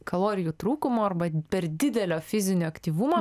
kalorijų trūkumo arba per didelio fizinio aktyvumo